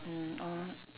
mm uh